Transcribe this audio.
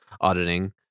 auditing